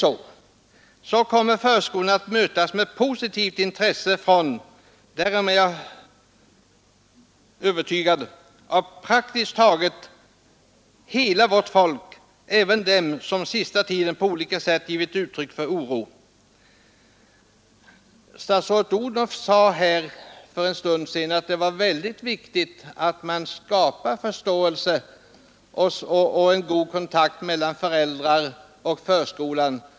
Sker så, kommer förskolan att mötas med positivt intresse — därom är jag övertygad — av praktiskt taget hela vårt folk, även av dem som under den senaste tiden på olika sätt givit uttryck för oro. Statsrådet Odhnoff sade för en stund sedan att det är viktigt att skapa förståelse och god kontakt mellan föräldrar och förskola.